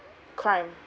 crime